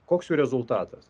koks jų rezultatas